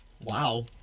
Wow